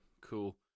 cool